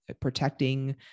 protecting